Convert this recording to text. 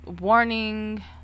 warning